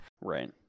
Right